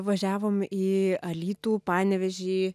važiavom į alytų panevėžį